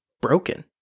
broken